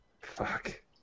Fuck